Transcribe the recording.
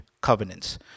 covenants